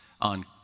on